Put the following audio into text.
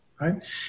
right